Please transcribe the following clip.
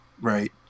Right